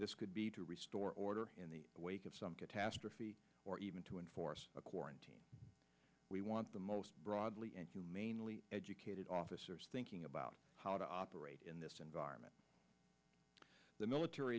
this could be to restore order in the wake of some catastrophe or even to enforce a quarantine we want the most broadly and humanely educated officers thinking about how to operate in this environment the military